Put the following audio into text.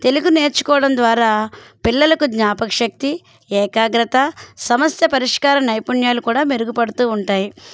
తెలుగు నేర్చుకోవడం ద్వారా పిల్లలకు జ్ఞాపక శక్తి ఏకాగ్రత సమస్య పరిష్కారం నైపుణ్యాలు కూడా మెరుగుపడుతూ ఉంటాయి